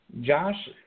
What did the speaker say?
Josh